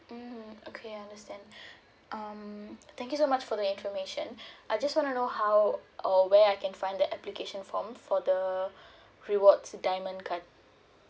mm okay I understand um thank you so much for the information I just wanna know how or where I can find the application form for the rewards diamond card